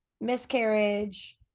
miscarriage